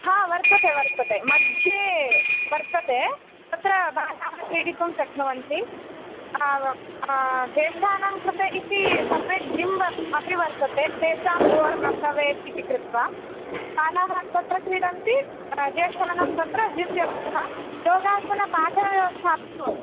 हा वर्तते वर्तते मध्ये वर्तते तत्र बालाः क्रीडितुं शक्नुवन्ति ज्येष्ठानां कृते इति सप्रेट् जिम् अपि वर्तते तेषां बोर् न भवेत् इति कृत्वा बालाः तत्र क्रीडन्ति ज्येष्टानां तत्र जिम् व्यवस्था योगासनपाठव्यवस्था अपि भवति